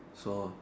so